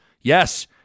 Yes